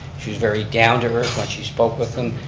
she was very down to earth when she spoke with them,